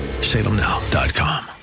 salemnow.com